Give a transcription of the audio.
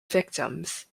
victims